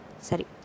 Sorry